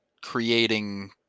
creating